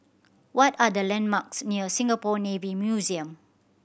what are the landmarks near Singapore Navy Museum